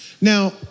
Now